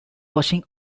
washing